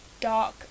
dark